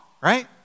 right